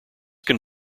can